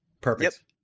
Perfect